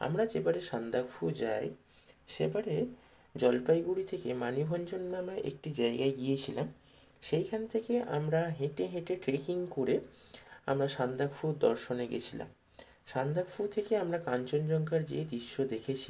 আমরা যেবারে সান্দাকফু যাই সেবারে জলপাইগুড়ি থেকে মানিভঞ্জন নামে একটি জায়গায় গিয়েছিলাম সেইখান থেকে আমরা হেঁটে হেঁটে ট্রেকিং করে আমরা সান্দাকফু দর্শনে গেছিলাম সান্দাকফু থেকে আমরা কাঞ্চনজঙ্ঘার যে দৃশ্য দেখেছি